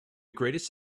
greatest